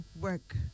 work